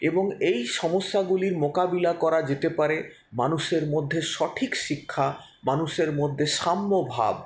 এবং এই সমস্যাগুলির মোকাবিলা করা যেতে পারে মানুষের মধ্যে সঠিক শিক্ষা মানুষের মধ্যে সাম্যভাব